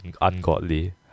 ungodly